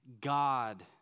God